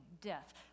death